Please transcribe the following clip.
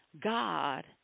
God